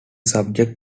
subject